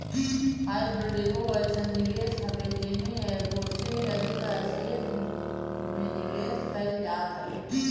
hybrid एगो अइसन निवेश हवे जेमे एगो से अधिक एसेट में निवेश कईल जात हवे